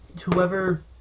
whoever